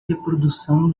reprodução